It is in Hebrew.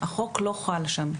החוק לא חל שם.